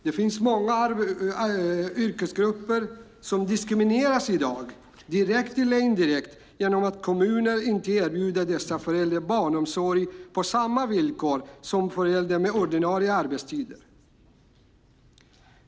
Det finns många yrkesgrupper som i dag diskrimineras direkt eller indirekt genom att kommuner inte erbjuder dessa föräldrar barnomsorg på samma villkor som föräldrar med ordinarie arbetstider.